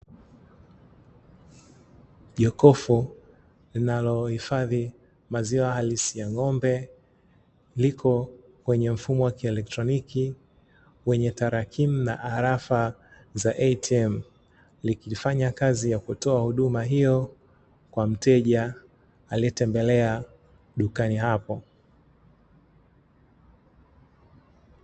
Jokofu linalo hifadhi maziwa halisi ya ng'ombe, liko kwenye mfumo wa kielektroniki wenye tarakimu na alafa za "ATM" likifanya kazi ya kutoa huduma hiyo kwa mteja, alietembelea dukani hapo.